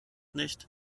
nicht